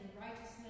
righteousness